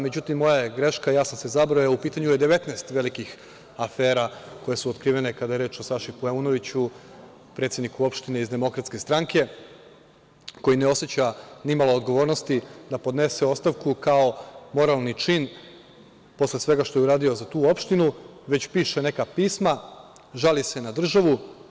Međutim, moja je greška, ja sam se zabrojao, u pitanju je 19 velikih afera koje su otkrivene kada je reč o Saši Paunoviću, predsedniku opštine iz DS koji ne oseća ni malo odgovornosti da podnese ostavku kao moralni čin posle svega što je uradio za tu opštinu, već piše neka pisma, žali se na državu.